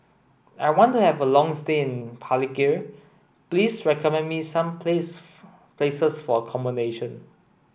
I want to have a long stay in Palikir please recommend me some place places for accommodation